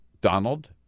Donald